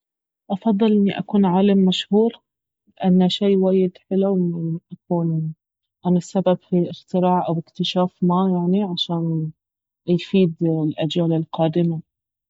افضل اني أكون عالم مشهور لانه شي وايد حلو اني أكون انا السبب في اختراع او اكتشاف ما يعني عشان يفيد الأجيال القادمة